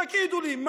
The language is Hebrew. תגידו לי,